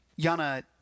Yana